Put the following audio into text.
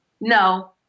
No